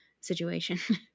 situation